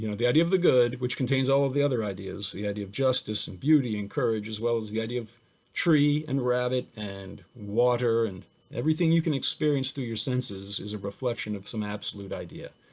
you know the idea of the good, which contains all of the other ideas the idea of justice, and beauty, and courage, as well as the idea of tree and rabbit and water and everything you can experience through your senses, is a reflection of some absolute idea.